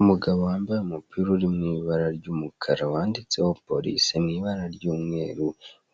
Umugabo wambaye umupira uri mu ibara ry'umukara, wanditseho polise mu ibara ry'umweru,